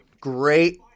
Great